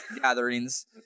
gatherings